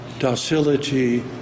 docility